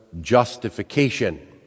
justification